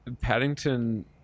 Paddington